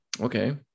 Okay